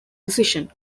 decision